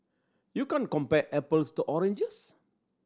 you can't compare apples to oranges